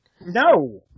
No